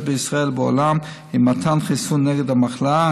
בישראל ובעולם הוא מתן חיסון נגד המחלה,